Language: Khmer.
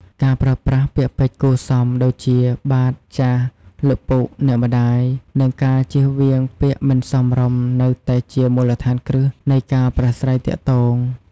ការប្រើប្រាស់ ពាក្យពេចន៍គួរសម ដូចជា "បាទ/ចាស៎", "លោកពុក/អ្នកម្ដាយ" និងការជៀសវាងពាក្យមិនសមរម្យនៅតែជា មូលដ្ឋានគ្រឹះ នៃការប្រាស្រ័យទាក់ទង។